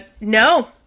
No